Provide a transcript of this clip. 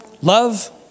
Love